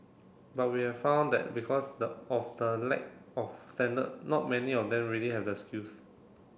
but we have found that because the of the lack of standard not many of them really have the skills